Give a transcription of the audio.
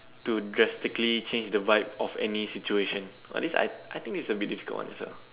to drastically change the vibe of any situation !wow! this I I think it's a bit difficult one as well